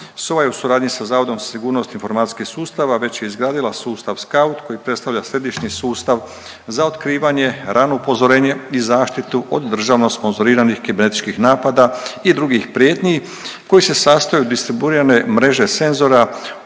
SOA je u suradnji sa Zavodom za sigurnost informacijskih sustava već je izgradila sustav SKAUT koji predstavlja središnji sustav za otkrivanje, rano upozorenje i zaštitu od državno sponzoriranih kibernetičkih napada i drugih prijetnji koji se sastoji od distribuirane mreže senzora